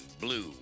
blue